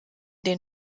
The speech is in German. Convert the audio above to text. den